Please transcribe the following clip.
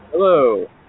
Hello